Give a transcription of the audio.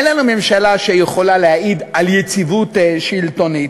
אין לנו ממשלה שיכולה להעיד על יציבות שלטונית,